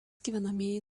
gyvenamieji